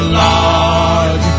log